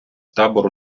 табору